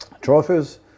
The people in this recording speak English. trophies